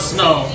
Snow